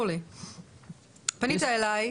פנית אלי,